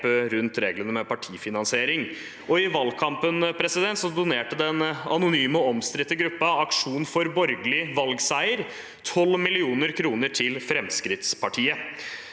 om reglene med partifinansiering. I valgkampen donerte den anonyme og omstridte gruppen «Aksjon for borgerlig valgseier» 12 mill. kr til Fremskrittspartiet.